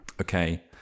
Okay